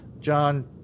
John